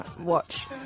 Watch